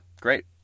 great